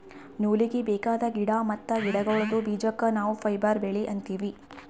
ನೂಲೀಗಿ ಬೇಕಾದ್ ಗಿಡಾ ಮತ್ತ್ ಗಿಡಗೋಳ್ದ ಬೀಜಕ್ಕ ನಾವ್ ಫೈಬರ್ ಬೆಳಿ ಅಂತೀವಿ